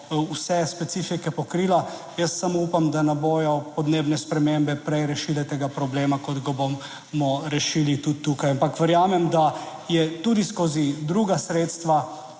vse specifike pokrila, jaz samo upam, da ne bodo podnebne spremembe prej rešile tega problema kot ga bomo rešili tudi tukaj. Ampak verjamem, da je tudi skozi druga sredstva